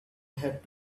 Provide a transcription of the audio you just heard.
had